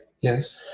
Yes